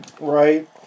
Right